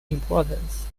importance